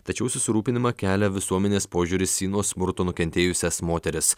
tačiau susirūpinimą kelia visuomenės požiūris į nuo smurto nukentėjusias moteris